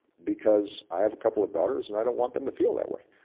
because i have a couple of daughters, and i don't want them to feel that way.